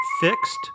fixed